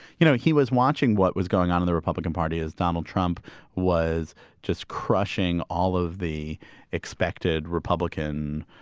you know, he was watching what was going on in the republican party as donald trump was just crushing all of the expected republican